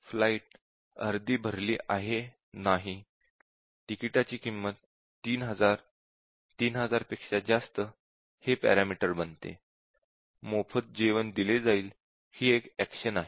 flight अर्धी भरली आहे नाही तिकिटाची किंमत 3000 3000 पेक्षा हे पॅरामीटर बनते मोफत जेवण दिले जाईल ही एक एक्शन आहे